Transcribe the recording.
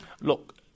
Look